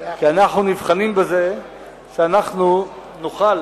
כי אנחנו נבחנים בזה שאנחנו נוכל